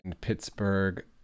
Pittsburgh